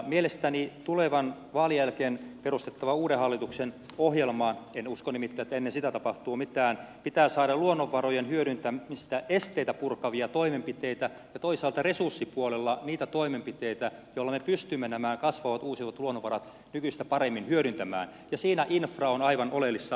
mielestäni tulevan vaalin jälkeen perustettavan uuden hallituksen ohjelmaan en usko nimittäin että ennen sitä tapahtuu mitään pitää saada luonnonvarojen hyödyntämisen esteitä purkavia toimenpiteitä ja toisaalta resurssipuolella niitä toimenpiteitä joilla me pystymme nämä kasvavat uusiutuvat luonnonvarat nykyistä paremmin hyödyntämään ja siinä infra on aivan oleellisessa asemassa